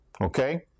Okay